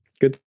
Good